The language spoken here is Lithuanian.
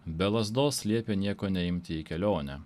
be lazdos liepė nieko neimti į kelionę